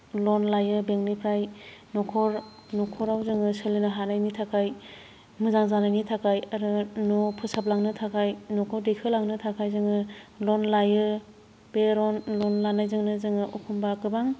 लन लायो बेंकनिफ्राय न'खर न'खराव जोङो सोलिनो हानायनि थाखाय मोजां जानायनि थाखाय आरो न' फोसाबलांनो थाखाय न'खर दैखोलांनो थाखाय जोङो लन लायो बे लन लानायजोंनो जोङो एखमब्ला गोबां